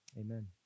amen